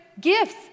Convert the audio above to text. Gifts